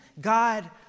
God